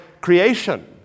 creation